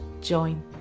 join